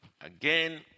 Again